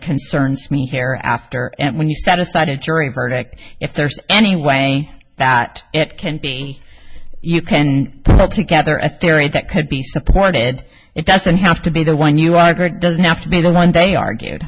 concerns me here after and when you set aside a jury verdict if there's any way that it can be you can hold together a theory that could be supported it doesn't have to be the one you walk or doesn't have to be the one they argued